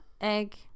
egg